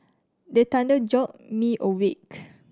the thunder jolt me awake